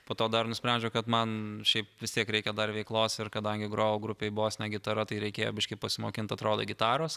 po to dar nusprendžiau kad man šiaip vis tiek reikia dar veiklos ir kadangi grojau grupėj bosine gitara tai reikėjo biškį pasimokint atrodo gitaros